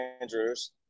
Andrews